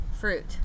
fruit